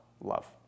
love